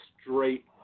straight